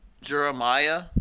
Jeremiah